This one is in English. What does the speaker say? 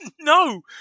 No